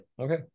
okay